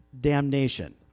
damnation